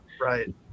Right